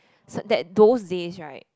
so that those days right